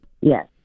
yes